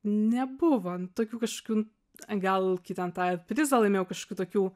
nebuvo tokių kažkokių gal kai ten tą prizą laimėjau kažkokių tokių